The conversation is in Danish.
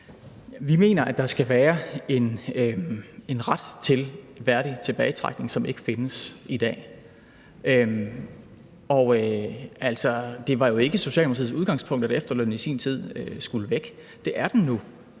Vi mener, at der skal være en ret til en værdig tilbagetrækning, som ikke findes i dag. Det var jo ikke Socialdemokratiets udgangspunkt, at efterlønnen i sin tid skulle væk. Det er den nu.